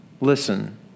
Listen